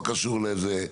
לא קשור לזה,